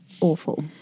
Awful